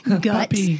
guts